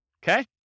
Okay